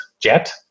Jet